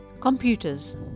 Computers